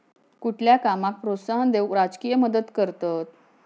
कुठल्या कामाक प्रोत्साहन देऊक राजकीय मदत करतत